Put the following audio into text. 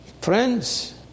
friends